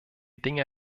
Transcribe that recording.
dinge